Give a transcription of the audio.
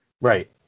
Right